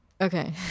okay